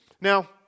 Now